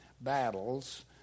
battles